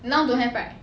now don't have right